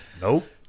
Nope